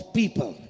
people